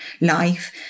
life